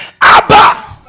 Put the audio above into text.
Abba